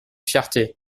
fierté